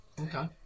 Okay